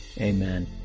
amen